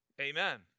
Amen